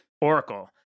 Oracle